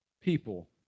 people